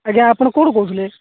ଆଜ୍ଞା ଆପଣ କେଉଁଠୁ କହୁଥିଲେ